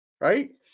right